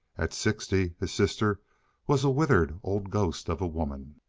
at sixty his sister was a withered old ghost of a woman.